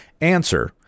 Answer